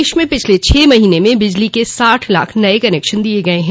प्रदेश में पिछले छह महीने में बिजली के साठ लाख नये कनेक्श दिये गये हैं